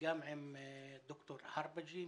גם עם דוקטור חרבאג'י,